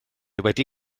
wedi